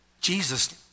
Jesus